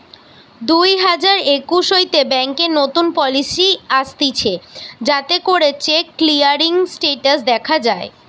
দুই হাজার একুশ হইতে ব্যাংকে নতুন পলিসি আসতিছে যাতে করে চেক ক্লিয়ারিং স্টেটাস দখা যায়